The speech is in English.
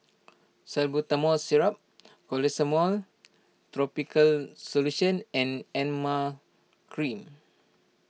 Salbutamol Syrup Clotrimozole Topical Solution and Emla Cream